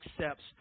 accepts